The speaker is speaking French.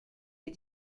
les